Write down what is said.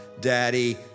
daddy